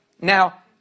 Now